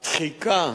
לדחיקה,